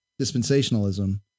dispensationalism